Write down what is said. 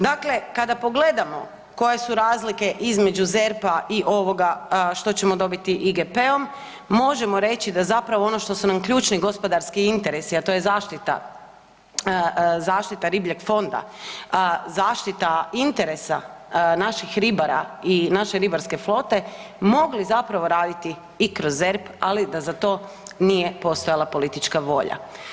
Dakle, kada pogledamo koje su razlike između ZERP-a i ovoga što ćemo dobiti IGP-om možemo reći da ono to su nam ključni gospodarski interesi, a to je zaštita ribljeg fonda, zaštita interesa naših ribara i naše ribarske flote mogli raditi i kroz ZERP, ali da za to nije postojala politička volja.